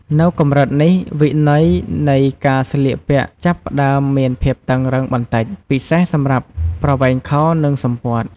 នៅកម្រិតនេះ វិន័យនៃការស្លៀកពាក់ចាប់ផ្តើមមានភាពតឹងរ៉ឹងបន្តិច ពិសេសសម្រាប់ប្រវែងខោ និងសំពត់។